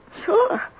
Sure